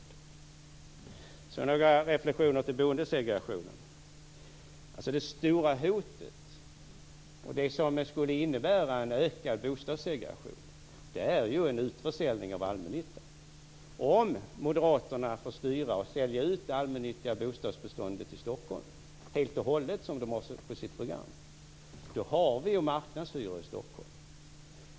Så vill jag göra några reflexioner på boendesegregationen. Det stora hotet, det som skulle innebära en ökad bostadssegregation, är ju en utförsäljning av allmännyttan. Om moderaterna får styra och sälja ut det allmännyttiga bostadsbeståndet i Stockholm helt och hållet, såsom man har i sitt program, har vi ju marknadshyror i Stockholm.